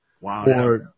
Wow